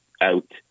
out